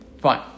Fine